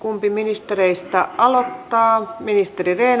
kumpi ministereistä aloittaa valtiolle